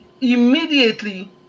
immediately